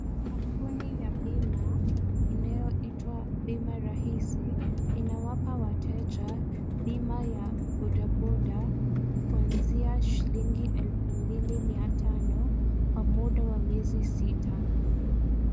Kampuni ya bima inayoitwa Bima Rahisi inawapa wateja bima ya bodaboda kuanzia shilingi 2500 kwa muda wa miezi sita.